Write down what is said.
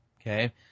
Okay